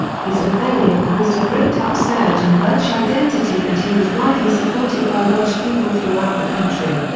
his rebellion caused a great upsurge in welsh identity and he was widely supported by welsh people throughout the country.